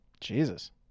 Jesus